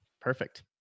Perfect